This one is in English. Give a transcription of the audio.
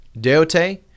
deote